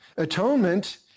Atonement